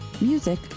music